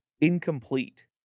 incomplete